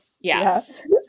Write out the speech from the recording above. yes